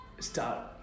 start